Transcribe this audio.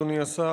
אדוני השר,